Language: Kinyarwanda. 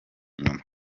inyuma